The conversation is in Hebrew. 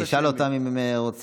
אני אשאל אותם אם הם רוצים.